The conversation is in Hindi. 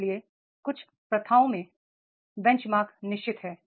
इसलिए कुछ प्रथाओं में बेंचमार्क निश्चित है